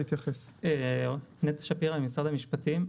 נטע שפירא ממשרד המשפטים.